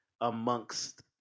amongst